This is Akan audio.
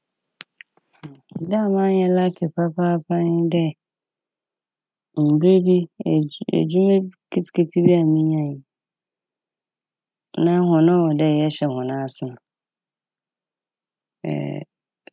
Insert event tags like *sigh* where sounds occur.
*noise* *hesitation* Da a mannyɛ "lucky" papaapa nye dɛ, mber bi edw- edwuma b- ketseketse bi a menyae na hɔn a ɔwɔ dɛ yɛhyɛ hɔn ase no